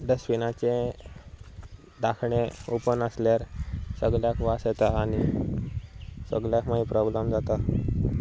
डस्टबिनाचें धाकणें ओपन आसल्यार सगल्याक वास येता आनी सगळ्याक मागीर प्रोब्लम जाता